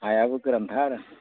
हायाबो गोरानथार